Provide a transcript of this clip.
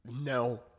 No